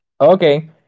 Okay